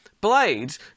Blades